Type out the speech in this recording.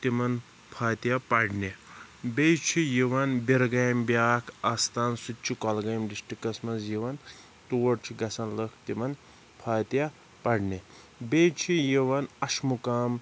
تِمَن فاتحہ پَرنہِ بیٚیہِ چھُ یِوان بِرٕگامہِ بیٛاکھ اَستان سُہ تہِ چھِ کۄلگٲم ڈِسٹِرٛکَس منٛز یِوان تور چھِ گژھان لُکھ تِمَن فاتحہ پَرنہِ بیٚیہِ چھُ یِوان اَشمُقام